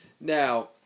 Now